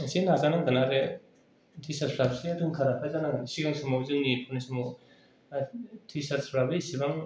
एसे नाजानांगोन आरो टिचारफ्रा एसे रोंखा राखा जानांगोन सिगां समाव जोंनि फरायनाय समाव टिचारसफ्राबो इसिबां